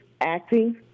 acting